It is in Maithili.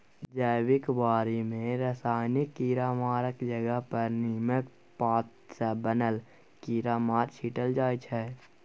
जैबिक बारी मे रासायनिक कीरामारक जगह पर नीमक पात सँ बनल कीरामार छीटल जाइ छै